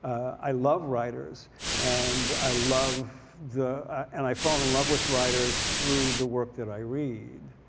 i love writers and i love the and i fall in love with writers through the work that i read.